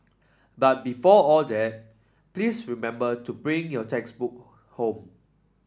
but before all that please remember to bring your textbook home